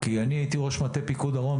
אני הייתי ראש מטה פיקוד דרום,